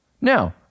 Now